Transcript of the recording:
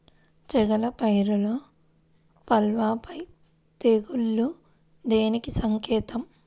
చేగల పైరులో పల్లాపై తెగులు దేనికి సంకేతం?